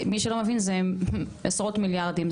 מי שלא מבין, זה עשרות מיליארדים.